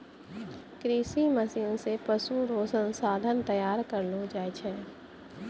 कृषि मशीन से पशु रो संसाधन तैयार करलो जाय छै